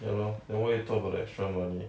ya lor then why you talk about the extra money